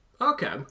Okay